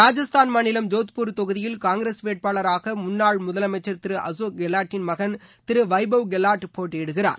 ராஜஸ்தான் மாநிலம் ஜோத்பூர் தொகுதியில் காங்கிரஸ் வேட்பாளராக முன்னாள் முதலமைச்சர் திரு அசோக் கலாட்டின் மகன் திரு வைபவ் கலாட் போட்டியிடுகிறார்